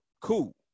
cool